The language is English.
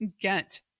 get